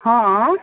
हँ